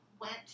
went